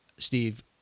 Steve